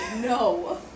No